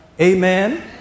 Amen